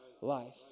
life